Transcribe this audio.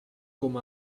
com